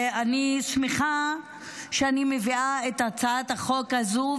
ואני שמחה שאני מביאה את הצעת החוק הזו,